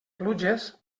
pluges